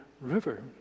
River